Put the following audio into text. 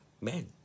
men